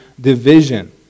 division